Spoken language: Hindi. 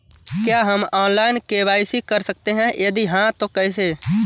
क्या हम ऑनलाइन के.वाई.सी कर सकते हैं यदि हाँ तो कैसे?